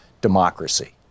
democracy